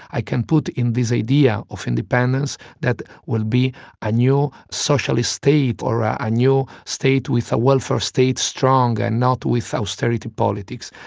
i can put in this idea of independence that will be a new socialist state or a a new state with a welfare state, strong and not with austerity politics.